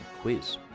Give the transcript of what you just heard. quiz